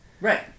Right